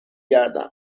گردم